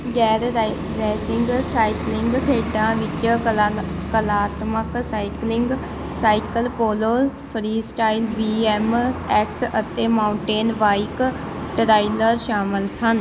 ਗੈਰ ਰਾਈ racing cycling ਖੇਡਾਂ ਵਿੱਚ ਕਲਾ ਕਲਾਤਮਕ cycling cycle polo freestyle B M X ਅਤੇ ਮਾਊਂਟੇਨ ਬਾਈਕ ਟਰਾਈਲਰ ਸ਼ਾਮਲ ਸਨ